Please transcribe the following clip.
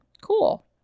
Cool